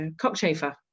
cockchafer